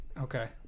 Okay